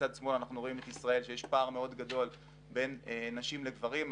בצד שמאל אנחנו רואים שיש פער מאוד גדול בין נשים לגברים.